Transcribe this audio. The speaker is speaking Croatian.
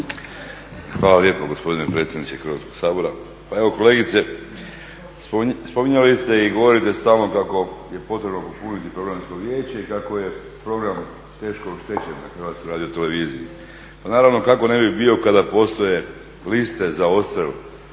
Hvala lijepo gospodine predsjedniče Hrvatskog sabora. Pa evo kolegice spominjali ste i govorite stalno kako je potrebno popuniti Programsko vijeće i kako je program teško oštećen na HRT-u. Pa naravno kako ne bi bio kada postoje liste za odstrel